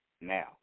now